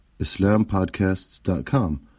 islampodcasts.com